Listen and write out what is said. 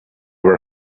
were